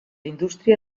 indústria